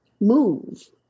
move